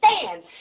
stand